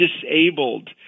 disabled